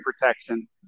protection